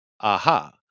aha